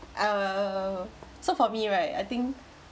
uh so for me right I think